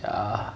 err